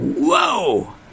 whoa